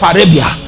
Arabia